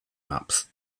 maps